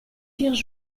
firent